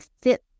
fit